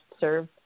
serve